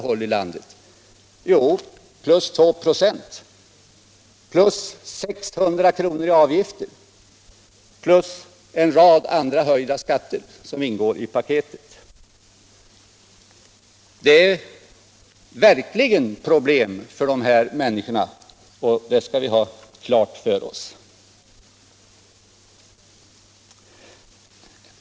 Jo, en höjning av arbetsgivaravgiften med 296 plus 600 kr. i avgifter plus en rad andra höjda skatter som ingår i paketet. Dessa människor har verkligen problem, det skall vi ha klart för oss.